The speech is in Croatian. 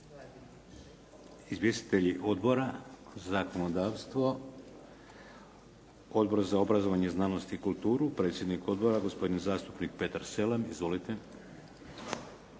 Izvjestitelji Odbora za zakonodavstvo, Odbora za obrazovanje, znanost i kulturu predsjednik odbora gospodin zastupnik Petar Selem. Izvolite.